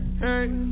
Hey